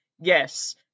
Yes